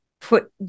put